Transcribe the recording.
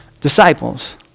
disciples